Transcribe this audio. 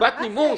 טיפת נימוס,